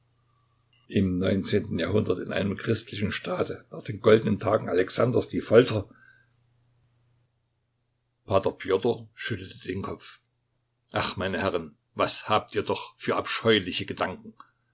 im neunzehnten jahrhundert in einem christlichen staate nach den goldenen tagen alexanders die folter p pjotr schüttelte den kopf ach meine herren was habt ihr doch für abscheuliche gedanken